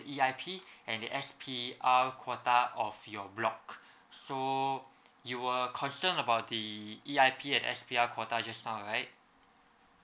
E_I_P and the S_P_R quota of your block so you were concern about the E_I_P and S_P_R quota just now right